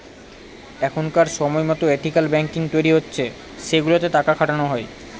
এখনকার সময়তো ethical banking তৈরী হচ্ছে সেগুলোতে টাকা খাটানো হয়